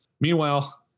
Meanwhile